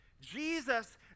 Jesus